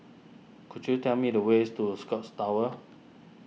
could you tell me the ways to Scotts Tower